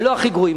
לא הכי גרועים,